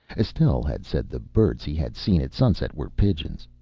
estelle had said the birds he had seen at sunset were pigeons.